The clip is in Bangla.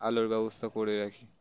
আলোর ব্যবস্থা করে রাখি